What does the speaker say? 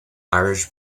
irish